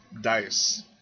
dice